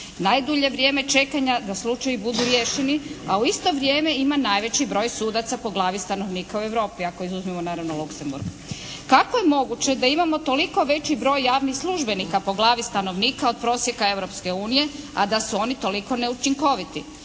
najdulje vrijeme čekanja da slučajevi budu riješeni? A u isto vrijeme ima najveći broj sudaca po glavi stanovnika u Europi, ako izuzmemo naravno Luxemburg. Kako je moguće da imamo toliko veći broj javnih službenika po glavi stanovnika od prosjeka Europske unije, a da su oni toliko neučinkoviti?